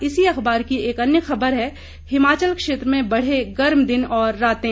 इसी अखबार की एक अन्य खबर है हिमाचल क्षेत्र में बढ़े गर्म दिन और रातें